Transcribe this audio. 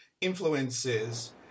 influences